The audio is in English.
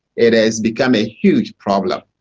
it has become a huge problem.